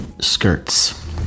skirts